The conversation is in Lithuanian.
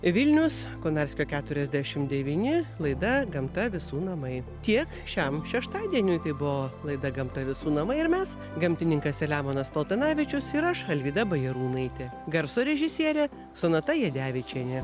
vilnius konarskio keturiasdešimt devyni laida gamta visų namai tiek šiam šeštadieniui tai buvo laida gamta visų namai ir mes gamtininkas selemonas paltanavičius ir aš alvyda bajarūnaitė garso režisierė sonata jadevičienė